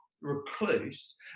recluse